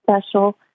special